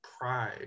pride